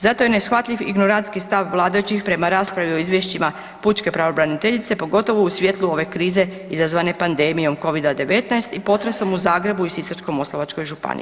Zato je neshvatljiv ignorantski stav vladajućih prema raspravi o izvješćima pučke pravobraniteljice pogotovo u svjetlu ove krize izazvane pandemijom covida 19 i potresom u Zagrebu i Sisačko-moslavačkoj županiji.